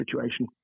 situation